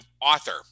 author